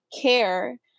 care